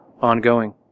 ongoing